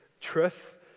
truth